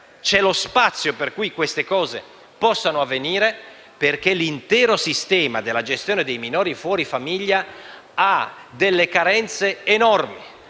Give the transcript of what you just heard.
uno spazio per cui queste cose possono avvenire, perché l'intero sistema della gestione dei minori fuori famiglia ha delle carenze enormi.